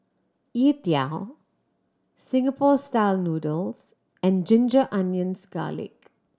youtiao Singapore Style Noodles and ginger onions